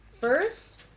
first